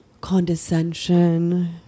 condescension